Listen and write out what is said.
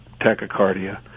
tachycardia